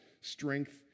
strength